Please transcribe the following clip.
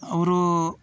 ಅವರೂ